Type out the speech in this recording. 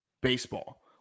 baseball